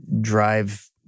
drive